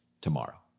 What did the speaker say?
tomorrow